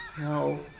No